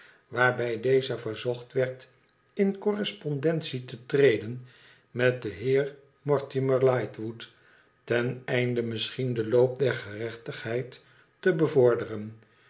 waarbij deze verzocht werd in correspondentie te treden met den heer mortimer lightwood ten einde misschien den loop der gerechtigheid te bevorderen